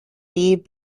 bee